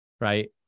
Right